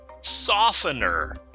Softener